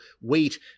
wait